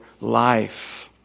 life